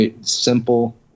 simple